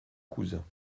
cousin